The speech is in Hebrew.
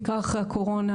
בעיקר אחרי הקורונה,